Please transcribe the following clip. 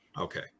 Okay